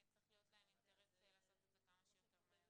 צריך להיות להם אינטרס לעשות את זה כמה שיותר מהר.